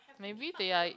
maybe they like